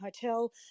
Hotel